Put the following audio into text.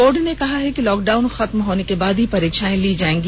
board ने कहा है कि लॉकडाउन खत्म होने के बाद ही परीक्षाएं ली जायेंगी